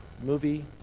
movie